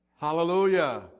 Hallelujah